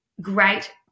great